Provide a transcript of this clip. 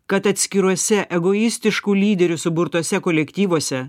kad atskiruose egoistiškų lyderių suburtuose kolektyvuose